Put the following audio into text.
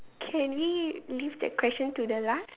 can we leave that question to the last